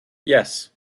yes